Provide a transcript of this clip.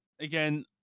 Again